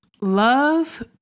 love